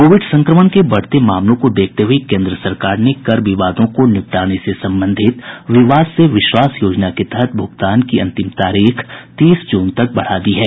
Covid संक्रमण के बढ़ते मामलों को देखते हये केन्द्र सरकार ने कर विवादों को निपटाने से संबंधित विवाद से विश्वास योजना के तहत भुगतान की अंतिम तारीख तीस जून तक बढ़ा दी है